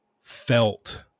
felt